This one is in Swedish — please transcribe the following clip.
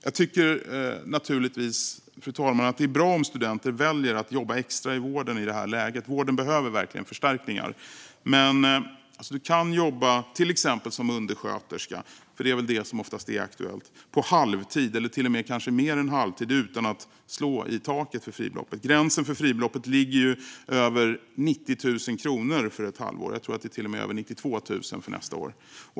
Jag tycker naturligtvis att det är bra om studenter väljer att jobba extra i vården, till exempel som undersköterska som oftast är aktuellt - vården behöver verkligen förstärkningar i det här läget - på halvtid eller till och med mer än halvtid utan att slå i taket för fribeloppet. Gränsen för fribeloppet ligger ju på 90 000 kronor för ett halvår - jag tror att det till och med är 92 000 kronor nästa år.